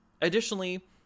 Additionally